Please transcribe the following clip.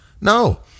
No